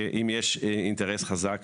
אם יש אינטרס חזק